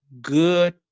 good